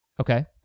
Okay